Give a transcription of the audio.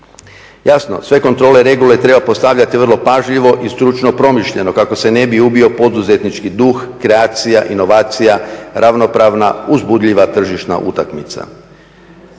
Jasno, sve kontrole regule treba postavljati vrlo pažljivo i stručno promišljeno kako se ne bi ubio poduzetnički duh, kreacija, inovacija, ravnopravna, uzbudljiva tržišna utakmica.